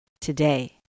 today